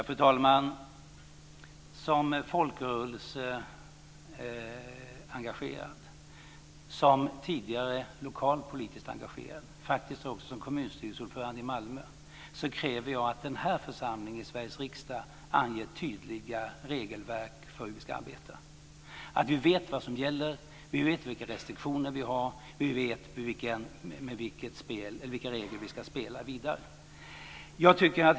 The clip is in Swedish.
Fru talman! Som folkrörelseengagerad, som tidigare lokalt politiskt engagerad, och faktiskt också som tidigare kommunstyrelseordförande i Malmö, kräver jag att den här församlingen, Sveriges riksdag, anger tydliga regelverk för hur vi ska arbeta. Vi ska veta vad som gäller, vilka restriktioner vi har och med vilka regler vi ska spela vidare.